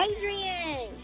Adrian